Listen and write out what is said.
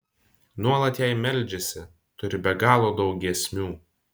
nuolat jai meldžiasi turi be galo daug giesmių